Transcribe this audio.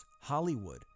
Hollywood